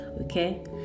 Okay